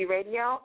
Radio